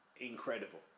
incredible